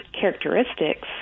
characteristics